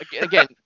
Again